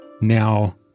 now